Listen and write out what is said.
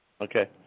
Okay